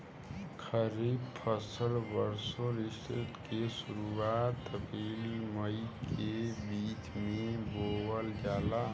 खरीफ फसल वषोॅ ऋतु के शुरुआत, अपृल मई के बीच में बोवल जाला